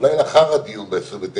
שלום לחברי הכנסת,